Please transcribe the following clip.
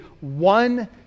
one